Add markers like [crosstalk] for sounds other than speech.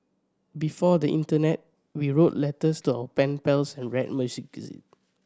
before the internet we wrote letters to our pen pals and read [unintelligible]